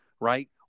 Right